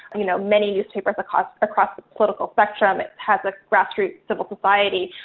you know, many newspapers across across the political spectrum. it has a grassroots civil society.